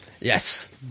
Yes